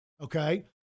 Okay